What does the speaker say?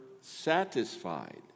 satisfied